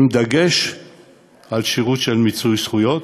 עם דגש על שירות של מיצוי זכויות,